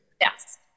Yes